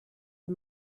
the